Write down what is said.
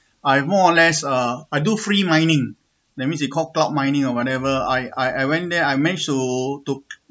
I more or less uh I do free mining that means you copped out mining or whatever I I went there I meant to